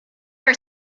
are